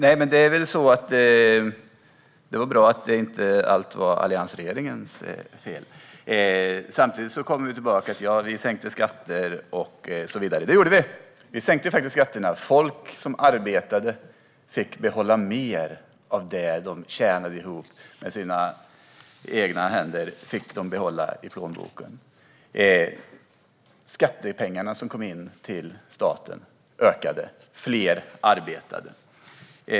Fru talman! Det är bra att allt inte var alliansregeringens fel. Samtidigt återkommer ministern till att vi sänkte skatter. Det gjorde vi. Vi sänkte faktiskt skatterna. Folk som arbetade fick behålla mer av det de tjänade ihop med sina egna händer. Det fick de behålla i plånboken. Skattepengarna som kom in till staten ökade. Fler arbetade.